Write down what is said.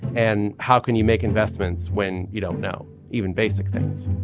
and how can you make investments when you don't know even basic things